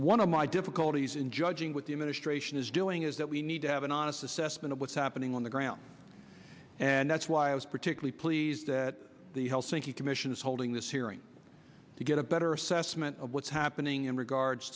one of my difficulties in judging with the administration is doing is that we need to have an honest assessment of what's happening on the ground and that's why i was particularly pleased that the helsinki commission is holding this hearing to get a better assessment of what's happening in regards